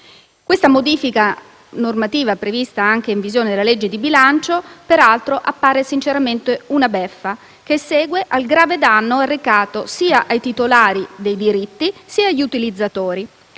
La modifica normativa, prevista anche in previsione della legge di bilancio, appare sinceramente una beffa, che segue il grave danno arrecato sia ai titolari dei diritti, sia agli utilizzatori.